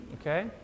okay